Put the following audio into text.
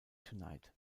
tonight